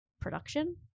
production